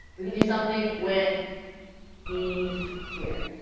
we can do something with these here.